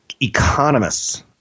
economists